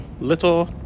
little